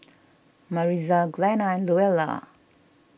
Maritza Glenna and Luella